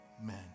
Amen